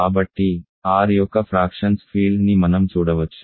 కాబట్టి R యొక్క fractions field ని మనం చూడవచ్చు